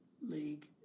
league